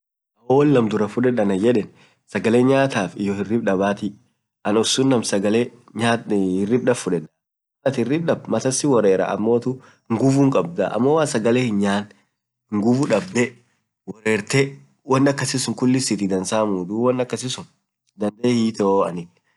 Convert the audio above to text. hoo woan laam duraa fuded anan yedeen, sagalee nyanoo dabatiaff hiyoo hirib dabaati, anin hirib daabh duraa fudedaa, malaatin hirib daabd matan si woreraa amotuu nguvuu hinkabdaa amo malatin sagalee hinyaan nguvuu dabdee worertee woan akasii suun sitii dansaa muu dandee hiitoo aninn.